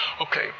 Okay